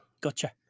Gotcha